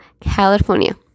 California